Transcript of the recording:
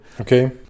okay